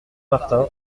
martin